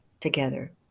together